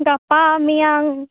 ᱜᱟᱯᱟ ᱢᱮᱭᱟᱝ